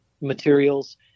materials